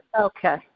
Okay